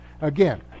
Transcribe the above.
again